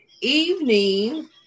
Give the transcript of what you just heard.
evening